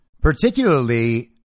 particularly